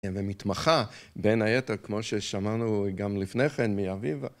ומתמחה, בין היתר, כמו ששמענו גם לפני כן מאביבה.